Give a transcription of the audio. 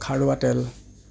খাৰুৱা তেল